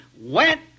went